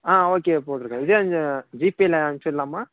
ஆ okay போட்டுருக்கேன் இதே அந்த ஜிபேயில் அனுப்பிச்சிட்லாமா